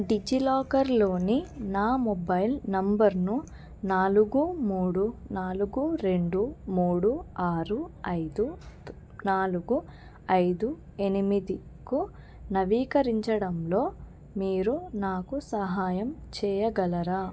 డిజిలాకర్లోని నా మొబైల్ నంబర్ను నాలుగు మూడు నాలుగు రెండు మూడు ఆరు ఐదు నాలుగు ఐదు ఎనిమిదికి నవీకరించడంలో మీరు నాకు సహాయం చేయగలరా